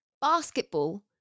basketball